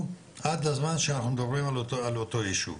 עד לזמן שאנחנו מדברים על אותו יישוב,